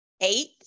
eight